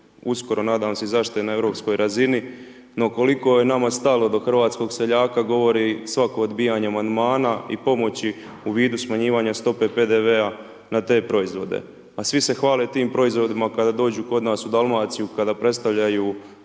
uskoro nadam se i zaštite na europskoj razini, no koliko je nama stalo do hrvatskog seljaka govori svako odbijanje amandmana i pomoći u vidu smanjivanja stope PDV-a na te proizvode. A svi se hvale tim proizvodima kada dođu kod nas u Dalmaciju, kada predstavljaju